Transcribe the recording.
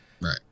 right